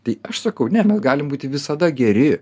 tai aš sakau ne mes galim būti visada geri